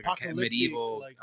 medieval